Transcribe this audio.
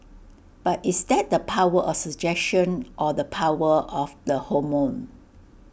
but is that the power of suggestion or the power of the hormone